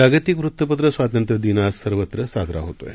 जागतिक वृत्तपत्र स्वातंत्र्यदिन आज सर्वत्र साजरा करण्यात येत आहे